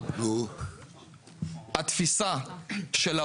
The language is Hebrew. לא אתייחס אליהן.